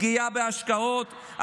פגיעה בהשקעות,